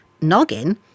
Noggin